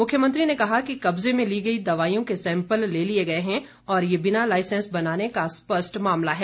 मुख्यमंत्री ने कहा कि कब्जे में ली गई दवाईयों के सेंपल ले लिए गए हैं और ये बिना लाइसेंस बनाने का स्पष्ट मामला है